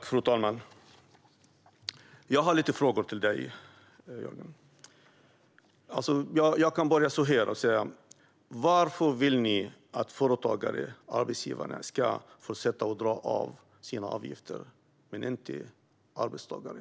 Fru talman! Jag har lite frågor till dig, Jörgen Warborn. Jag kan börja så här: Varför vill ni att företagare och arbetsgivare ska få dra av sina avgifter - men inte arbetstagarna?